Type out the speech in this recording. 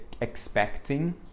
expecting